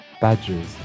badgers